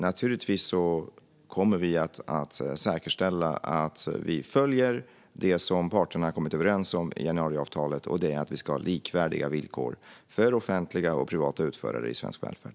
Naturligtvis kommer vi att säkerställa att vi följer det som parterna har kommit överens om i januariavtalet, och det är att vi ska ha likvärdiga villkor för offentliga och privata utförare i svensk välfärd.